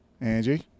Angie